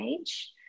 age